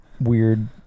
weird